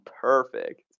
perfect